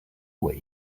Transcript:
way